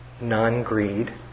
Non-greed